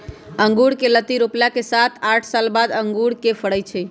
अँगुर कें लत्ति रोपला के सात आठ साल बाद अंगुर के फरइ छइ